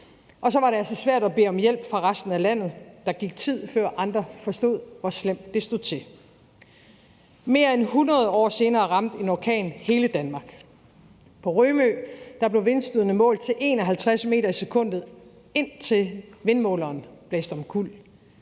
og så var det altså svært at bede om hjælp fra resten af landet. Der gik tid, før andre forstod, hvor slemt det stod til. Mere end 100 år senere ramte en orkan hele Danmark. På Rømø blev vindstødene målt til 51 m/sek., indtil vindmåleren blæste omkuld.